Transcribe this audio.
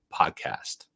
podcast